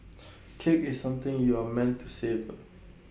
cake is something you are meant to savour